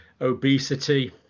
obesity